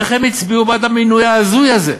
איך הם הצביעו בעד המינוי ההזוי הזה?